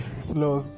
slow